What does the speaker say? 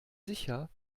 sicher